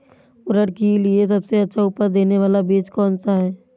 उड़द के लिए सबसे अच्छा उपज देने वाला बीज कौनसा है?